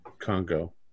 Congo